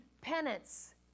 penance